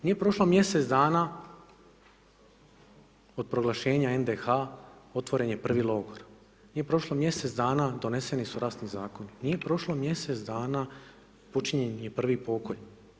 Nije prošlo mjesec dana od proglašenja NDH otvoren je prvi logor, nije prošlo mjesec dana doneseni su rasni zakoni, nije prošlo mjesec dana počinjen je prvi pokolj.